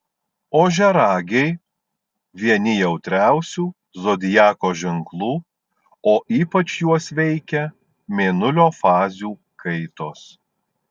ožiaragiai vieni jautriausių zodiako ženklų o ypač juos veikia mėnulio fazių kaitos